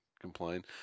complain